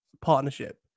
partnership